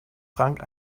frank